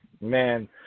Man